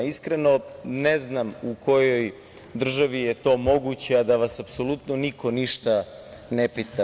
Iskreno, ne znam u kojoj državi je to moguće, a da vas apsolutno niko ništa ne pita.